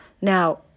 Now